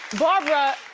barbara,